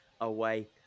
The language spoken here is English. away